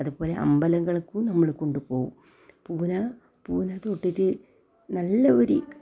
അതുപോലെ അമ്പലങ്ങൾക്കും നമ്മൾ കൊണ്ടു പോവും പൂന പൂന തൊട്ടിട്ട് നല്ലൊരു